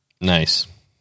nice